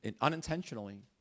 unintentionally